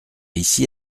ici